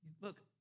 look